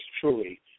truly